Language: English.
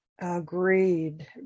Agreed